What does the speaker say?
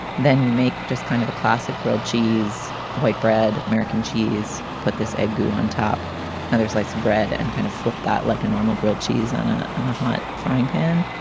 then you make just kind of a classic grilled cheese, white bread, american cheese. put this egg goo on top and there's slice of bread and kind of flip that like a normal grilled cheese on ah on a hot frying pan.